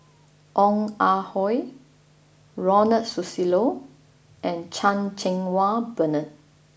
Ong Ah Hoi Ronald Susilo and Chan Cheng Wah Bernard